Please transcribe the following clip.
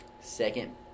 Second